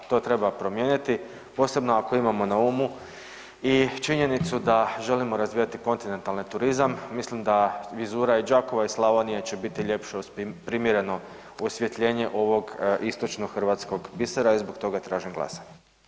To treba promijeniti, posebno ako imamo na umu i činjenicu da želimo razvijati kontinentalni turizam, mislim da vizura i Đakova i Slavonije će biti ljepša uz primjereno osvjetljenje ovog istočnog hrvatskog bisera i zbog toga tražim glasanje.